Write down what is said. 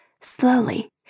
Slowly